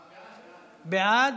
בעד.